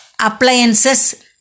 appliances